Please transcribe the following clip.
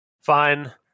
Fine